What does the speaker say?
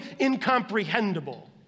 incomprehensible